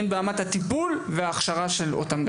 הן ברמת הטיפול וההכשרה של אותן גננות.